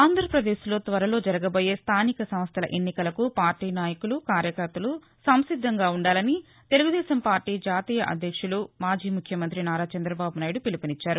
ఆంధ్రాపదేశ్లో త్వరలో జరగబోయే స్టానిక సంస్థల ఎన్నికలకు పార్టీ నాయకులు కార్యకర్తలు సంసిద్దంగా ఉండాలని తెలుగుదేశం పార్టీ జాతీయ అధ్యక్షులు మాజీ ముఖ్యమంత్రి నారా చంద్రబాబు నాయుడు పిలుపునిచ్చారు